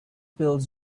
pills